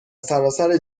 سراسر